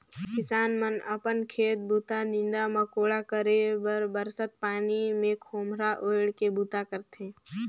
किसान मन अपन खेत बूता, नीदा मकोड़ा करे बर बरसत पानी मे खोम्हरा ओएढ़ के बूता करथे